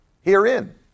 herein